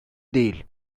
değil